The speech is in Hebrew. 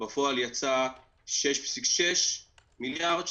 בפועל יצא 6.6 מיליארד,